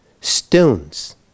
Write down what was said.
stones